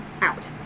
out